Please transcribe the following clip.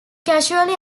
casually